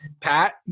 Pat